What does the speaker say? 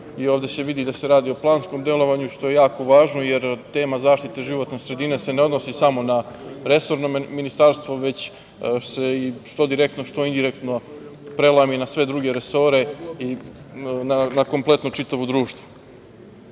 Ovde se vidi da se radi o planskom delovanju, što je jako važno, jer tema zaštite životne sredine se ne odnosi samo na resorno ministarstvo, već se, što direktno, što indirektno prelama i na sve druge resore i na kompletno čitavo društvo. Primera